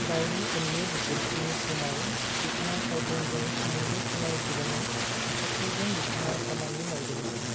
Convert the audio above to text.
गावनि उननि बोसोरफोरनि समाव बिथाङा सावथुनजों सोमोन्दो थानाय गोबां आफादफोरजों बिथाङा खामानि मावदोंमोन